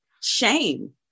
shame